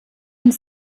und